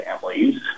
families